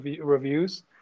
reviews